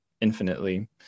infinitely